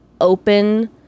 open